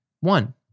One